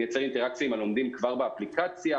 מייצר אינטראקציה עם הלומדים כבר באפליקציה,